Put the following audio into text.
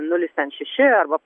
nulis šeši arba